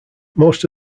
most